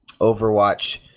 Overwatch